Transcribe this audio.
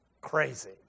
crazy